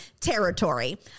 territory